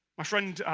my friend.